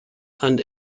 and